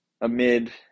amid